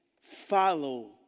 follow